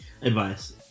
Advice